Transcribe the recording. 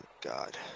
God